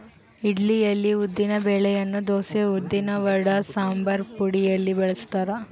ಇಡ್ಲಿಯಲ್ಲಿ ಉದ್ದಿನ ಬೆಳೆಯನ್ನು ದೋಸೆ, ಉದ್ದಿನವಡ, ಸಂಬಾರಪುಡಿಯಲ್ಲಿ ಬಳಸ್ತಾರ